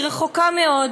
רחוקה מאוד.